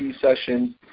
session